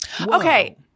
Okay